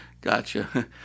gotcha